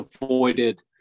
avoided